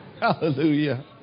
Hallelujah